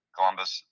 Columbus